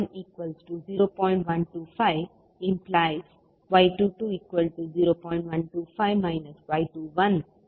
125 y210